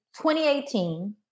2018